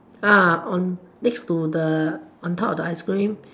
uh on next to the on top of the ice cream